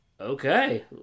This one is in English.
Okay